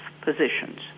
positions